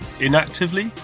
inactively